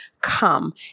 come